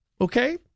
Okay